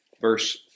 verse